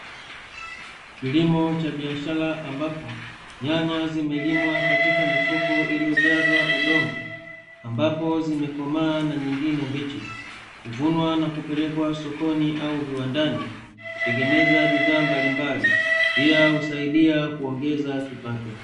Kilimo cha biashara ambapo nyanya zimelimwa katika mifuko iliyojazwa udongo, ambapo zimekomaa na nyingine mbichi. Huvunwa na kupelekwa sokoni au viwandani, kutengeneza bidhaa mbalimbali, pia husaidia kuongeza kipato.